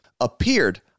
appeared